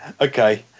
Okay